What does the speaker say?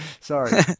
Sorry